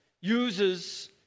uses